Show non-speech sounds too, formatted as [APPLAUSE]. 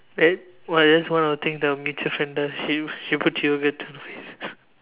wait what that's one of the thing that your friend does to you you put yoghurt on the face [LAUGHS]